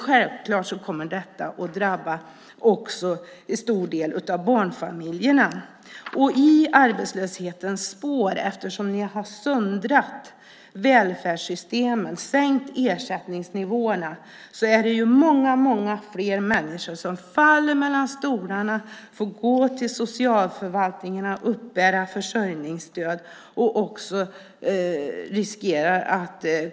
Självklart kommer detta också att drabba en stor del av barnfamiljerna. I arbetslöshetens spår är det, eftersom ni har söndrat välfärdssystemen och sänkt ersättningsnivåerna, många fler människor som faller mellan stolarna och får gå till socialförvaltningen och uppbära försörjningsstöd.